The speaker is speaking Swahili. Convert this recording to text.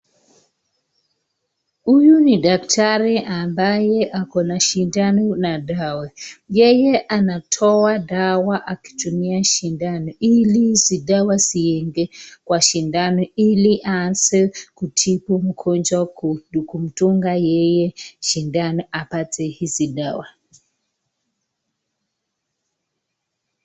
Huyu ni daktari ambaye ako na sindano na dawa. Yeye anatoa dawa akitumia sindano ili hizi dawa siende kwa sindano ili aanze kutibu mgonjwa kumdunga yeye sindano apate hizi dawa.